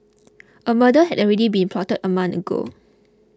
a murder had already been plotted a month ago